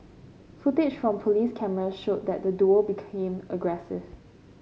footage from police cameras showed that the duo became aggressive